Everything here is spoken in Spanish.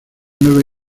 nueve